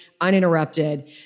uninterrupted